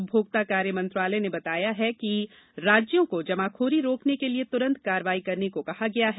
उपभोक्ता कार्य मंत्रालय ने बताया कि राज्यों को जमाखोरी रोकने के लिए तुरंत कार्रवाई करने को कहा गया है